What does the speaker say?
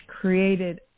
created